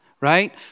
right